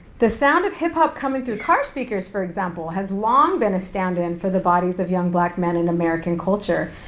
the sound of hip hop coming through car speakers, for example, has long been a stand-in for the bodies of young black men in american culture,